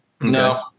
no